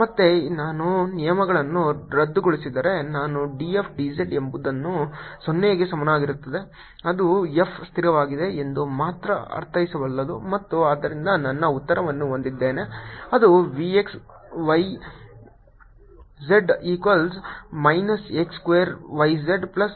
ಮತ್ತೆ ನಾನು ನಿಯಮಗಳನ್ನು ರದ್ದುಗೊಳಿಸಿದರೆ ನಾನು d f d z ಎಂಬುದು 0 ಗೆ ಸಮಾನವಾಗಿರುತ್ತದೆ ಅದು F ಸ್ಥಿರವಾಗಿದೆ ಎಂದು ಮಾತ್ರ ಅರ್ಥೈಸಬಲ್ಲದು ಮತ್ತು ಆದ್ದರಿಂದ ನನ್ನ ಉತ್ತರವನ್ನು ಹೊಂದಿದ್ದೇನೆ ಅದು V x y z equals minus x square y z plus a constant ಆಗಿರುತ್ತದೆ